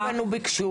אלינו פנו, ביקשו.